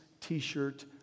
T-shirt